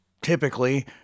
typically